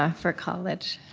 ah for college.